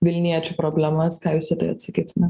vilniečių problemas ką jūs į tai atsakytumėt